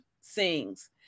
Sings